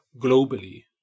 globally